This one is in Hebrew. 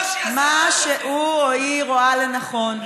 מה שהוא או היא רואה לנכון.